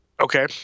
Okay